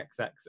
XX